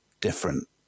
different